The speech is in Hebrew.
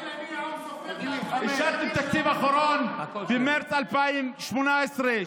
אישרתם תקציב אחרון במרץ 2018,